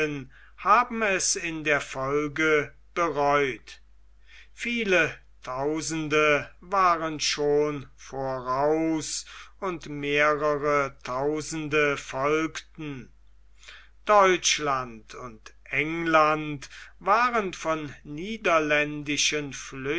haben es in der folge bereut viele tausende waren schon voraus und mehrere tausende folgten deutschland und england waren von niederländischen